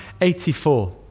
84